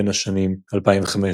בין השנים 2003–2005,